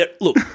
look